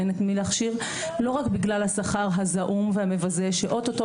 אין את מי להכשיר לא רק בגלל השכר הזעום והמבזה שאו-טו-טו